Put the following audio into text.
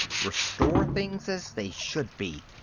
restore things as they should be!